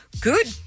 Good